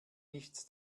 nichts